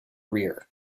rear